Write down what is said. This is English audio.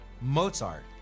Mozart